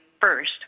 first